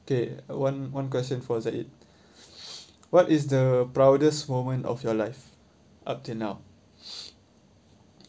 okay one one question for zahid what is the proudest moment of your life up till now